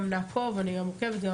אני גם עוקבת.